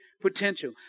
potential